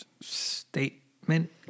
statement